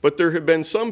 but there have been some